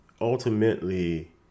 ultimately